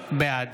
בעד